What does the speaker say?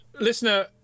listener